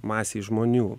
masėj žmonių